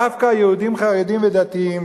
דווקא יהודים חרדים ודתיים,